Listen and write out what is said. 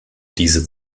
diese